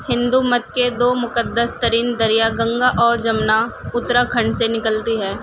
ہندو مت کے دو مقدس ترین دریا گنگا اور جمنا اتراکھنڈ سے نکلتی ہے